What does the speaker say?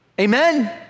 amen